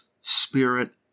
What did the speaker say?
Spirit